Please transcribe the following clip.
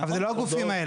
זה לא הגופים האלה.